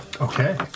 Okay